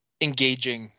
engaging